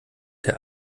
der